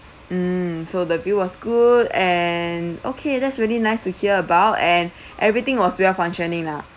hmm so the view was good and okay that's really nice to hear about and everything was well functioning lah